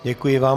Děkuji vám.